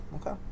Okay